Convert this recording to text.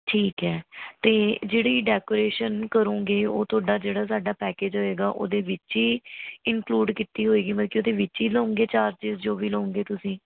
ਠੀਕ ਹੈ ਅਤੇ ਜਿਹੜੀ ਡੈਕੋਰੇਸ਼ਨ ਕਰੋਂਗੇ ਉਹ ਤੁਹਾਡਾ ਜਿਹੜਾ ਸਾਡਾ ਪੈਕੇਜ ਹੋਏਗਾ ਉਹਦੇ ਵਿਚ ਹੀ ਇਨਕਲੂਡ ਕੀਤੀ ਹੋਏਗੀ ਮਤਲਬ ਕਿ ਉਹਦੇ ਵਿੱਚ ਹੀ ਲਉਂਗੇ ਚਾਰਜ਼ਿਜ ਜੋ ਵੀ ਲਉਂਗੇ ਤੁਸੀਂ